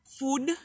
food